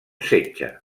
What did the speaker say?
setge